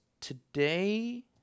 today